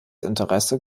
interesse